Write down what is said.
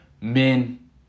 men